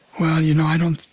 well, you know, i don't